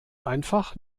einfach